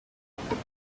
gifatika